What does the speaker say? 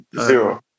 Zero